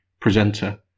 presenter